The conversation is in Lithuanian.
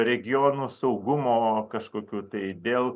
regiono saugumo kažkokių tai dėl